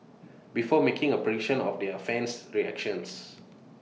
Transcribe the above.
before making A prediction of their fan's reactions